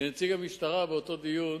שנציג המשטרה באותו דיון